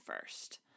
first